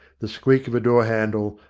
the squeak of a door-handle,